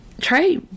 Try